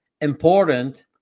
important